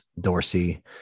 Dorsey